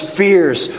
fears